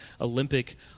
Olympic